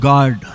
God